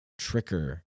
tricker